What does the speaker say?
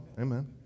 Amen